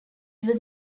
was